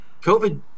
COVID